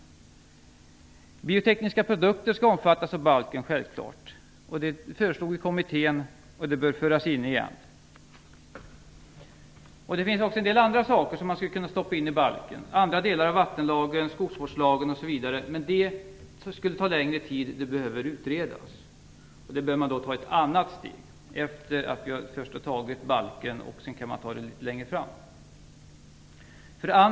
Biotekniska produkter skall självklart omfattas av balken. Det föreslog kommittén, och det bör föras in igen. Det finns en del andra saker som skulle kunna tas med i balken, såsom andra delen av vattenlagen, skogsvårdslagen, men det skulle ta längre tid för det behöver utredas. Det bör man göra i ett annat steg efter det att man först antagit balken. Det kan man göra litet längre fram.